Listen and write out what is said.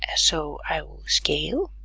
ah so i will scale,